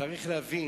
צריך להבין,